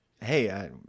hey